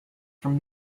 from